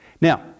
Now